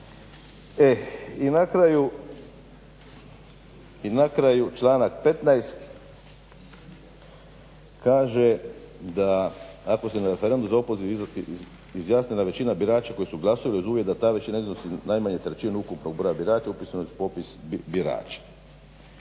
i na kraju članak 15. kaže da ako se na referendum za opoziv izjasnila većina birača koji su glasali uz uvjet da ta većina iznosi najmanje trećinu ukupnog broja birača upisanog u popis birača.